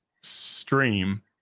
stream